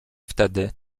wtedy